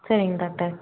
சரிங்க டாக்டர்